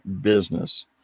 business